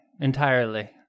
entirely